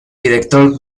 director